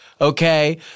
okay